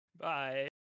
Bye